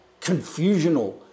confusional